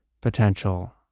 potential